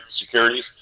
securities